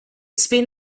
spend